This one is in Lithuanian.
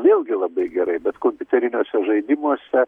vėlgi labai gerai bet kompiuteriniuose žaidimuose